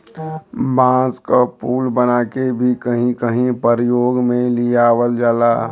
बांस क पुल बनाके भी कहीं कहीं परयोग में लियावल जाला